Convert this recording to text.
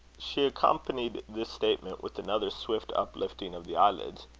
she accompanied this statement with another swift uplifting of the eyelids.